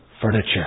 furniture